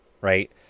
right